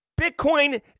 bitcoin